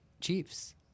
Chiefs